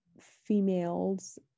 females